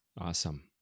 Awesome